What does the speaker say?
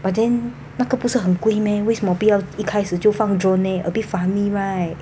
but then 那个不是很贵 meh 为什么不要一开始就放 drone leh a bit funny right